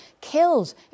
killed